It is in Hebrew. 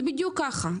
זה בדיוק ככה,